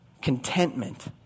Contentment